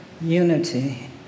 unity